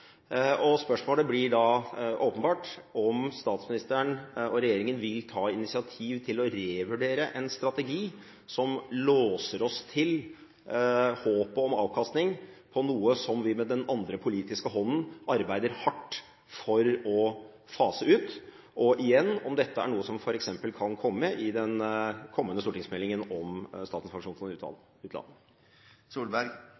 Spørsmålet blir da åpenbart: Vil statsministeren og regjeringen ta initiativ til å revurdere en strategi som låser oss til håpet om avkastning på noe som vi med den andre politiske hånden arbeider hardt for å fase ut? Og igjen: Er dette noe som f.eks. kan komme i den kommende stortingsmeldingen om Statens pensjonsfond